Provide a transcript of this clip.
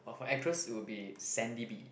but for actress it will be Sandy Bee